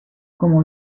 como